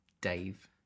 dave